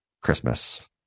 christmas